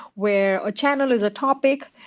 where a channel is a topic,